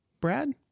Brad